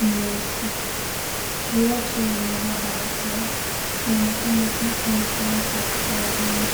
nyeusi. Wote wamevaa barakoa. Inaonekana hapa ni pahali pa kutoa huduma.